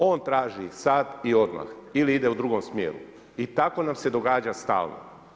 To on traži sad i odmah ili ide u drugom smjeru i tako nam se događa stalno.